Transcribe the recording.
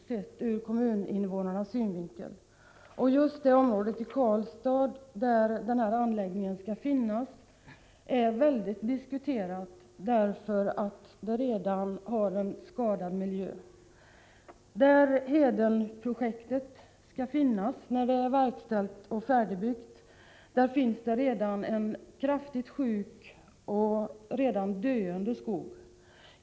Just det Honerife SR ag och familjeföretag område i Karlstad där anläggningen skall finnas är mycket diskuterat därför att det redan har en skadad miljö. Där det s.k. Hedenprojektet skall ligga när det är verkställt och färdigbyggt finns redan en kraftigt sjuk och döende skog.